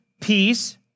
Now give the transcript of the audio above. peace